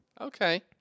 okay